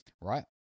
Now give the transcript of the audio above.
right